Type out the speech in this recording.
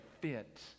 fit